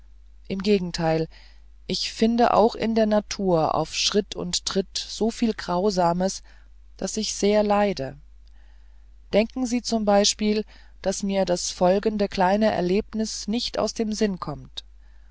im gegenteil ich finde auch in der natur auf schritt und tritt so viel grausames daß ich sehr leide denken sie z b daß mir das folgende kleine erlebnis nicht aus dem sinn kommt